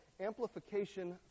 amplification